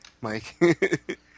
Mike